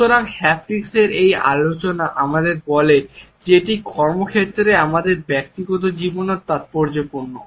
সুতরাং হ্যাপটিক্সের এই আলোচনা আমাদের বলে যে এটি কর্মক্ষেত্রে আমাদের ব্যক্তিগত জীবনেও তাৎপর্যপূর্ণ